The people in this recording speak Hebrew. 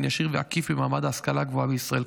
ישיר ועקיף במעמד ההשכלה הגבוהה בישראל.